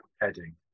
heading